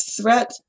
threat